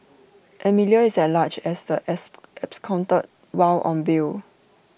Amelia is at large as the as absconded while on bail